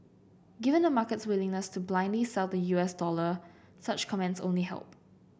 given the market's willingness to blindly sell the U S dollar such comments only help